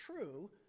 true